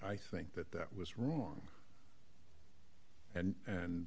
i think that that was wrong and and